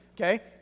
Okay